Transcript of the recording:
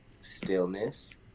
stillness